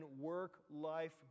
work-life